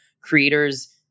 creators